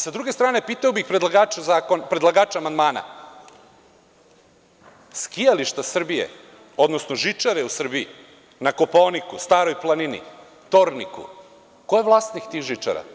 Sa druge strane, pitao bih predlagača amandmana, skijališta Srbije, odnosno žičare u Srbiji, na Kopaoniku, Staroj Planini, Torniku, ko je vlasnik tih žičara?